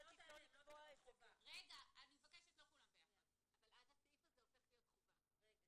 כרגע